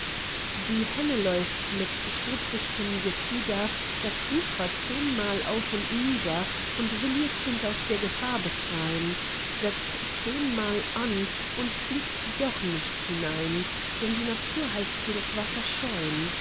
die henne läuft mit strupfichtem gefieder das ufer zehnmal auf und nieder und will ihr kind aus der gefahr befrein setzt zehnmal an und fliegt doch nicht hinein denn die natur heißt sie das wasser scheun